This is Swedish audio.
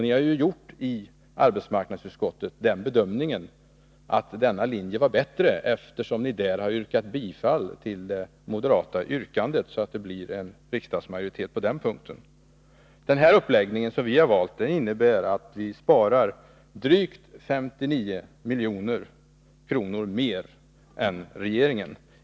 Ni har ju i arbetsmarknadsutskottet gjort bedömningen att denna linje är bättre, eftersom ni där tillstyrkt det moderata yrkandet, så att det blir en riksdagsmajoritet på den punkten. Den uppläggning som vi valt innebär att vi sparar drygt 59 milj.kr. mer än regeringen.